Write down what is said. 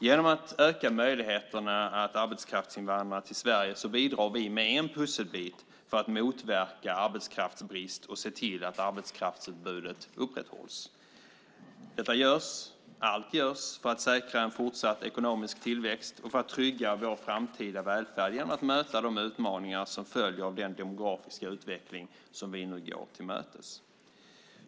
Genom att öka möjligheterna att arbetskraftsinvandra till Sverige bidrar vi med en pusselbit för att motverka arbetskraftsbrist och se till att arbetskraftsutbudet upprätthålls. Allt görs för att säkra en fortsatt ekonomisk tillväxt och för att trygga vår framtida välfärd genom att möta de utmaningar som följer av den demografiska utveckling som vi nu går till mötes.